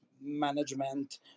management